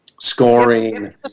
scoring